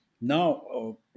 now